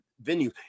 venue